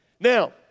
Now